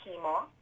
chemo